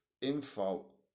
info